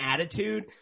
attitude –